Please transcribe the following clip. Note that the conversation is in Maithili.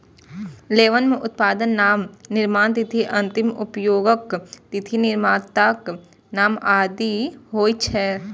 लेबल मे उत्पादक नाम, निर्माण तिथि, अंतिम उपयोगक तिथि, निर्माताक नाम आदि होइ छै